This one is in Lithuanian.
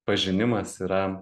pažinimas yra